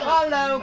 Hello